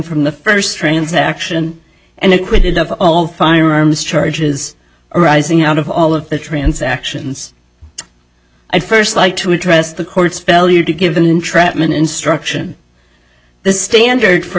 from the first transaction and acquitted of all firearms charges arising out of all of the transactions i first like to address the court's value to give them entrapment instruction the standard for